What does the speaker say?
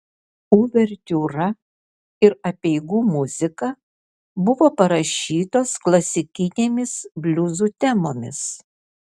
uvertiūra ir apeigų muzika buvo parašytos klasikinėmis bliuzų temomis